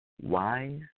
wise